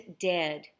dead